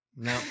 No